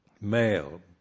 male